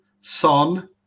Son